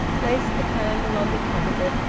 placed the candle on the top of it,